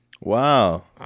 Wow